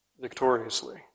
victoriously